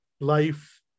life